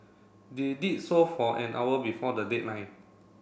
they did so for an hour before the deadline